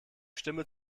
stimme